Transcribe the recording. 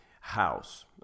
house